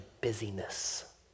busyness